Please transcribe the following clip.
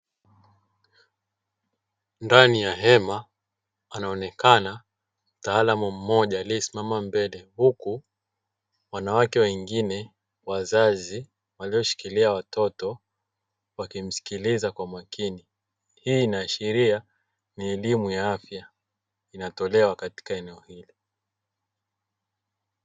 Ndani ya hema, anaonekana mtaalamu mmoja aliyesimama mbele huku wanawake wengine wazazi walioshikilia watoto wakimsikiliza kwa makini. Hii inaashiria ni elimu ya afya inayotolewa katika eneo hili.